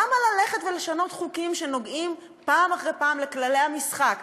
למה ללכת ולשנות חוקים שנוגעים פעם אחרי פעם לכללי המשחק?